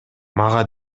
мага